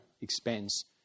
expense